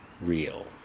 real